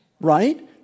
Right